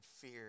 fear